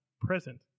present